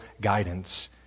guidance